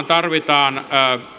tarvitaan